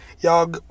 Y'all